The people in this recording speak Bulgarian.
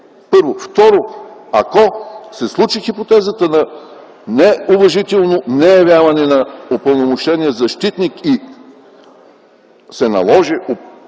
Първо. Второ, ако се случи хипотезата на неуважително неявяване на упълномощения защитник и се наложи резервният